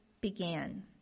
began